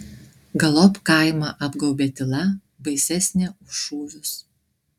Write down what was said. galop kaimą apgaubė tyla baisesnė už šūvius